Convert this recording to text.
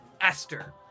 Esther